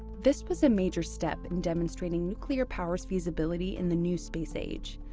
this was a major step in demonstrating nuclear power's feasibility in the new space age,